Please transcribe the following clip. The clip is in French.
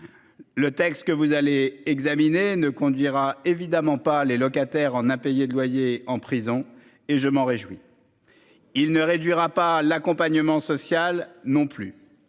Le texte que vous allez examiner ne conduira évidemment pas les locataires en impayés de loyers en prison et je m'en réjouis. Il ne réduira pas l'accompagnement social non plus.